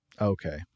Okay